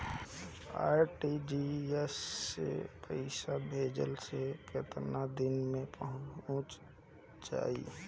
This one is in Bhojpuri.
आर.टी.जी.एस से पईसा भेजला पर केतना दिन मे पईसा जाई?